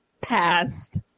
passed